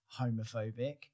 homophobic